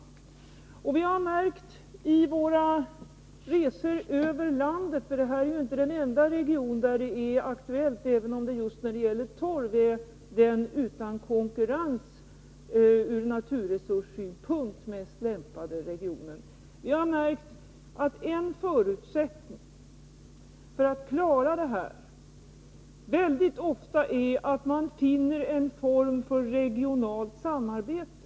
Vi har märkt under våra resor runt om i landet — 109 Norrbotten är ju inte den enda aktuella regionen, även om Norrbotten just i fråga om torv är den ur naturresurssynpunkt utan konkurrens mest lämpade regionen -— att en förutsättning för att klara torvhanteringen väldigt ofta är att man finner en form för regionalt samarbete.